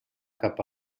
cap